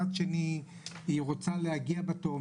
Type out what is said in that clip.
היא רוצה להגיע לתור,